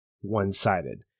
one-sided